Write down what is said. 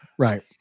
Right